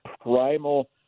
primal